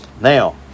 Now